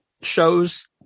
show's